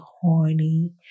horny